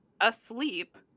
asleep